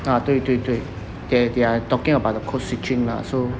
ah 对对对 they they are talking about the codeswitching lah so